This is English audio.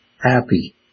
happy